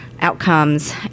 outcomes